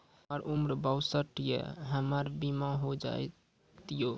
हमर उम्र बासठ वर्ष या हमर बीमा हो जाता यो?